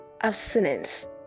abstinence